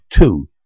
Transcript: two